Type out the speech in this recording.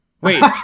Wait